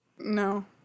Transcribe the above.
No